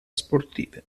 sportive